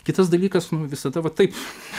kitas dalykas nu visada taip